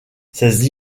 ses